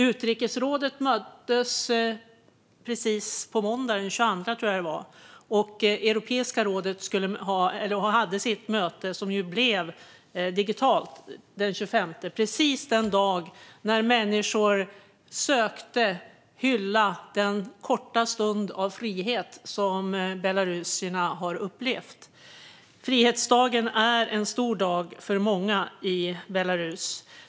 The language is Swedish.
Utrikesrådet möttes måndagen den 22 mars, tror jag att det var, och Europeiska rådet hade sitt möte, som blev digitalt, den 25 mars, precis den dag då människor sökte hylla den korta stund av frihet som belarusierna har upplevt. Frihetsdagen är en stor dag för många i Belarus.